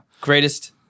Greatest